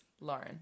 Lauren